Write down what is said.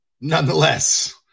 nonetheless